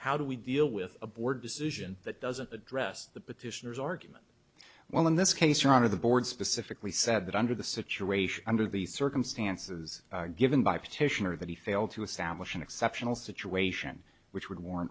how do we deal with a board decision that doesn't address the petitioners argument well in this case your honor the board specifically said that under the situation under the circumstances given by petitioner that he failed to establish an exceptional situation which would warr